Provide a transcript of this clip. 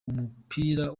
umupira